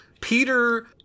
peter